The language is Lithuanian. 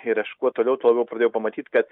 ir aš kuo toliau tuo labiau pradėjau pamatyt kad